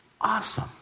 Awesome